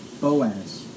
Boaz